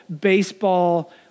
baseball